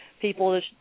people